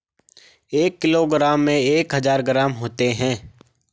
एक किलोग्राम में एक हजार ग्राम होते हैं